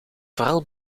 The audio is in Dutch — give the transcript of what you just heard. vooral